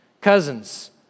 cousins